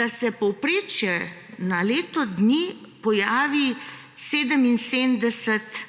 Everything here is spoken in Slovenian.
da se v povprečju na leto dni pojavi 77